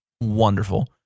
wonderful